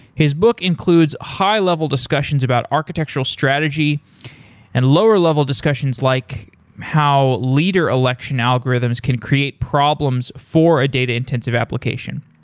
his book includes high level discussions about architectural strategy and lower level discussions like how leader election algorithms can create problems for a data intensive application.